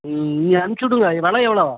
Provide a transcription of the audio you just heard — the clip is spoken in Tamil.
ம் நீங்கள் அனுப்ச்சிவிடுங்க வெலை எவ்வளோ